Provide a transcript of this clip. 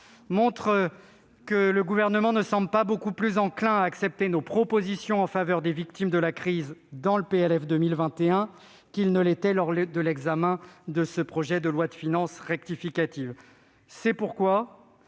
montre que le Gouvernement ne semble pas beaucoup plus enclin à accepter nos propositions en faveur des victimes de la crise dans ledit PLF qu'il ne l'était lors de la discussion de ce projet de loi de finances rectificative. Pour toutes